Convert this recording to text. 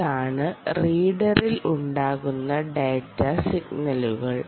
ഇതാണ് റീഡറിൽ ഉണ്ടാകുന്ന ഡാറ്റ സിഗ്നലുകൾ